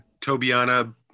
Tobiana